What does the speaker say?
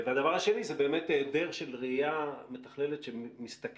הדבר השני זה באמת היעדר של ראיה מתכללת שמסתכלת